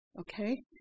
okay